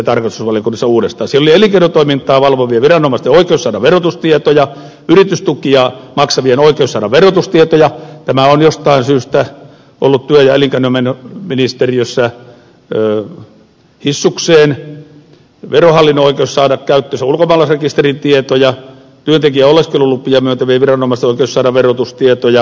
siellä oli elinkeinotoimintaa valvovien viranomaisten oikeus saada verotustietoja yritystukia maksavien oikeus saada verotustietoja tämä on jostain syystä ollut työ ja elinkeinoministeriössä hissukseen verohallinnon oikeus saada käyttöönsä ulkomaalaisrekisterin tietoja työntekijän oleskelulupia myöntävien viranomaisten oikeus saada verotustietoja